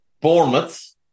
Bournemouth